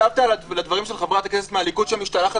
הקשבת לדברים של חברת הכנסת מהליכוד שמשתלחת